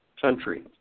country